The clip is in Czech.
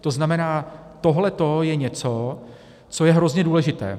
To znamená, tohle je něco, co je hrozně důležité.